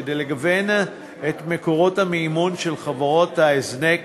כדי לגוון את מקורות המימון של חברות ההזנק